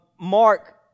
Mark